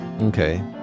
Okay